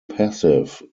passive